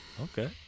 Okay